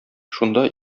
шунда